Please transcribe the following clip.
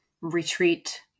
retreat